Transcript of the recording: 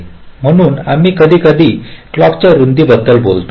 म्हणून आम्ही कधीकधी क्लॉक च्या रुंदी बद्दल बोलतो